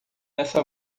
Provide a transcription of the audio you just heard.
essa